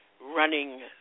running